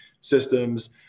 systems